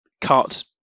cut